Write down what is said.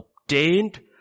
obtained